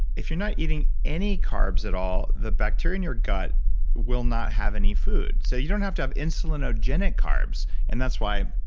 if you're not eating any carbs at all, the bacteria in your gut will not have any food. so you don't have to have insulin, or genic carbs, and that's why,